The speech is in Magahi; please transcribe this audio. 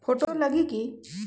फोटो लगी कि?